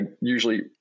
usually